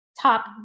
top